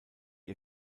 ihr